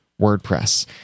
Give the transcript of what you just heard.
WordPress